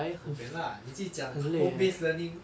bo pian lah 你自己讲 home based learning